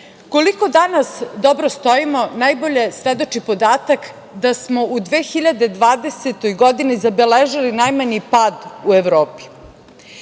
slično. Koliko danas dobro stojimo najbolje svedoči podatak da smo u 2020. godini zabeležili najmanji pad u Evropi.